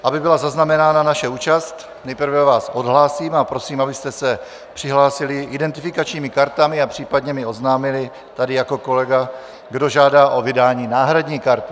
Aby byla zaznamenána naše účast, nejprve vás odhlásím a prosím, abyste se přihlásili identifikačními kartami a případně mi oznámili jako tady kolega, kdo žádá o vydání náhradní karty.